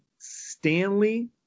Stanley